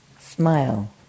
smile